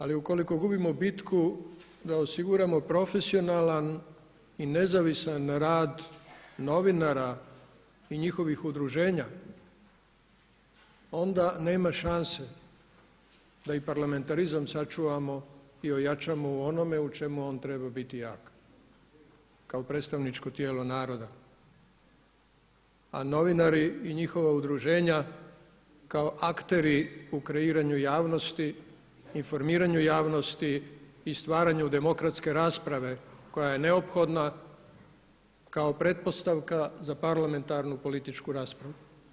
Ali ukoliko gubimo bitku da osiguramo profesionalan i nezavisan rad novinara i njihovih udruženja onda nema šanse da i parlamentarizam sačuvamo i ojačamo u onome u čemu on treba biti jak kao predstavničko tijelo naroda, a novinari i njihova udruženja kao akteri u kreiranju javnosti, informiranju javnosti i stvaranju demokratske rasprave koja je neophodna kao pretpostavka za parlamentarnu političku raspravu.